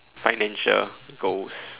financial goals